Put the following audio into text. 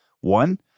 One